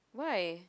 why